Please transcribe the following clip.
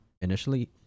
initially